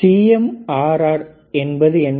CMRR என்பது என்ன